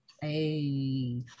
Hey